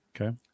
Okay